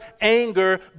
anger